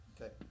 Okay